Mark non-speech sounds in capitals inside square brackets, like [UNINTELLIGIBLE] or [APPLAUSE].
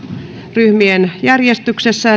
ryhmien järjestyksessä [UNINTELLIGIBLE]